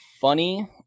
funny